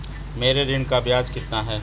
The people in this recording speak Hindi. मेरे ऋण का ब्याज कितना है?